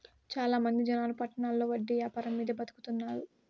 చాలా మంది జనాలు పట్టణాల్లో వడ్డీ యాపారం మీదే బతుకుతున్నారు